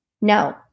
No